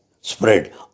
spread